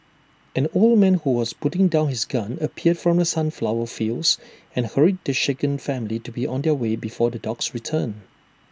an old man who was putting down his gun appeared from the sunflower fields and hurried the shaken family to be on their way before the dogs return